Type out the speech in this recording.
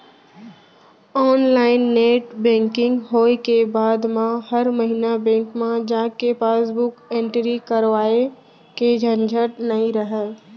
online net banking होय के बाद म हर महिना बेंक म जाके पासबुक एंटरी करवाए के झंझट नइ रहय